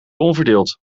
onverdeeld